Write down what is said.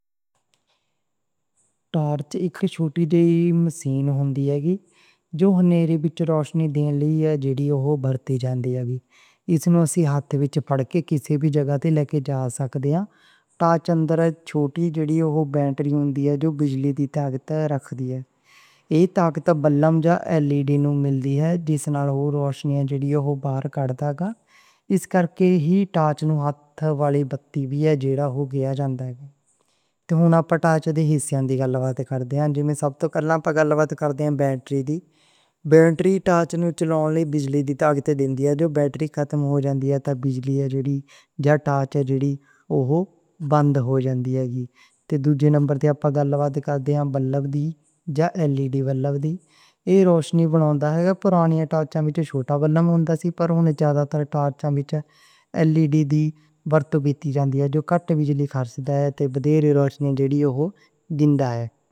ٹارچ اک مشین ہوندی اے جو دور روشنی دینے لئی ہوندی اے۔ اس نوں اسی ہتھ وچ پھڑ کے کسے وی جگہ تے لے کے جا سکدے آں۔ اس کرکے ہی ٹارچ نوں ہتھ والی بتی وی آکھ دے نیں۔ پہلا، بیٹری ہوندی اے جیہڑی بجلی دی طاقت رکھدی اے۔ دو نمبر، بلب جا ایلیڈی ہوندی اے۔ پرانی ٹارچ وچ چھوٹا بلب ہوندا سی، پر زیادہ تر وچ ایلیڈی دی ورتوں ہوندی اے، جیہڑی گھٹ بجلی خرچ تے دیر تک روشنی دیندی اے۔